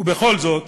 ובכל זאת